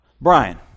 Brian